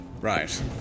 Right